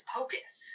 Pocus